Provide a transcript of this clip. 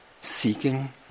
seeking